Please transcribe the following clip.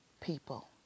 people